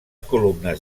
columnes